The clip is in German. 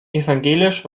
evangelisch